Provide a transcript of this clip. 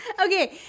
Okay